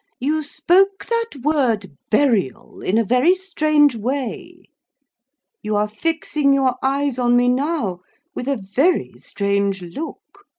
you spoke that word burial in a very strange way you are fixing your eyes on me now with a very strange look